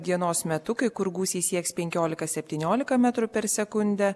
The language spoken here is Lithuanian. dienos metu kai kur gūsiai sieks penkiolika septyniolika metrų per sekundę